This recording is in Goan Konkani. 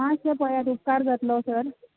मातशें पळयात उपकार जातलो सर